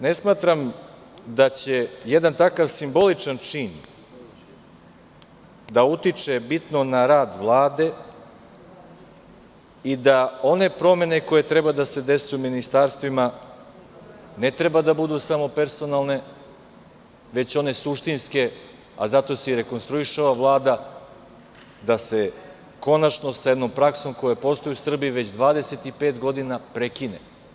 Ne smatram da će jedan takav simboličan čin da utiče bitno na rad Vlade i da one promene koje treba da se dese u ministarstvima ne treba da budu samo personalne, već one suštinske, a zato se i rekonstruiše ova Vlada da se konačno sa jednom praksom koja postoji u Srbiji već 25 godina prekine.